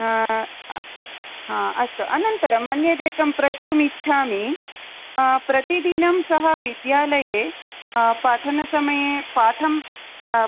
अस्तु अनन्तरं अन्यद् एकं प्रष्टुम् इच्छामि प्रतिदिनं सः विद्यालये पाठनसमये पाठम्